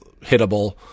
hittable